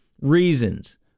reasons